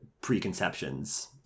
preconceptions